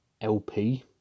LP